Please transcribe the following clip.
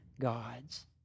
gods